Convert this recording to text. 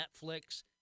Netflix